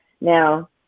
now